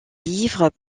livres